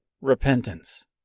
repentance